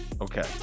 okay